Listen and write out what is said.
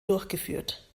durchgeführt